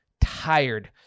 tired